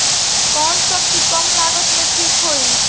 कौन सबजी कम लागत मे ठिक होई?